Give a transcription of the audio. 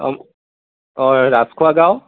অঁ অঁ ৰাজখোৱা গাঁও